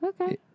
okay